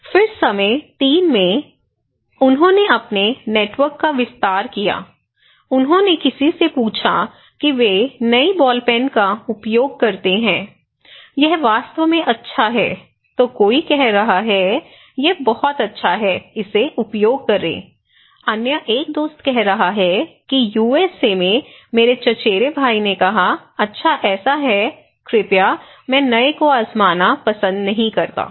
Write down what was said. फिर समय 3 में उन्होंने अपने नेटवर्क का विस्तार किया उन्होंने किसी से पूछा कि वे नई बॉल पेन का उपयोग करते हैं यह वास्तव में अच्छा है तो कोई कह रहा है यह बहुत अच्छा है इसे उपयोग करें अन्य एक दोस्त कह रहा है कि यूएसए में मेरे चचेरे भाई ने कहा अच्छा ऐसा है कृपया मैं नए को आज़माना पसंद नहीं करता